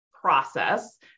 process